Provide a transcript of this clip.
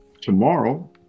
Tomorrow